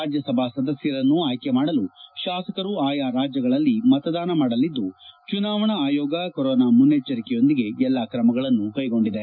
ರಾಜ್ಯಸಭಾ ಸದಸ್ಯರನ್ನು ಆಯ್ಕೆ ಮಾಡಲು ಶಾಸಕರು ಆಯಾ ರಾಜ್ಯಗಳಲಿ ಮತದಾನ ಮಾಡಲಿದ್ದು ಚುನಾವಣಾ ಆಯೋಗ ಕೊರೋನಾ ಮುನ್ನೆಚ್ಚರಿಕೆಯೊಂದಿಗೆ ಎಲ್ಲ ಕ್ರಮಗಳನ್ನು ಕೈಗೊಂಡಿದೆ